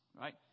right